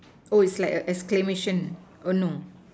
oh it's like a exclamation or no